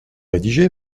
rédigé